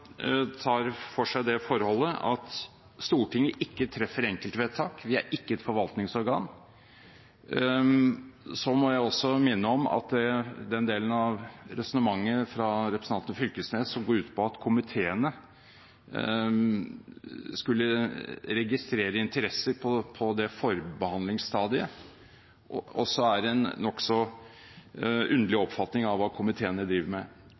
tar for seg det forholdet at Stortinget ikke treffer enkeltvedtak – vi er ikke et forvaltningsorgan – må jeg minne om at den delen av resonnementet fra representanten Fylkesnes som går ut på at komiteene skulle registrere interesser på forbehandlingsstadiet, også er en nokså underlig oppfatning av hva komiteene driver med.